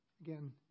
Again